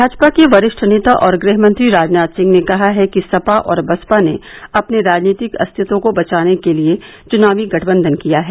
भाजपा के वरिष्ठ नेता और गृहमंत्री राजनाथ सिंह ने कहा है कि सपा और बसपा ने अपने राजनीतिक अस्तित्व को बचाने के लिये चुनावी गठबंधन किया है